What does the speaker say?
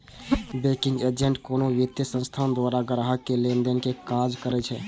banking agent कोनो वित्तीय संस्थान द्वारा ग्राहक केर लेनदेन के काज करै छै